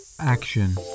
action